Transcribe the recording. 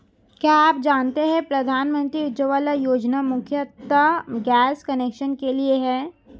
क्या आप जानते है प्रधानमंत्री उज्ज्वला योजना मुख्यतः गैस कनेक्शन के लिए है?